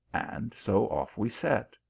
and so off we set.